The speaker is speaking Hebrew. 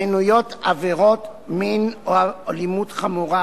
מנויות עבירות מין או אלימות חמורה,